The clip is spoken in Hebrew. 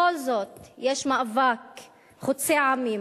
בכל זאת יש מאבק חוצה עמים,